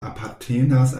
apartenas